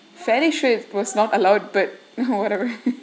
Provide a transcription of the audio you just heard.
finish with was not allowed but whatever